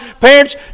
Parents